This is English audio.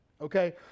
Okay